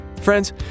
Friends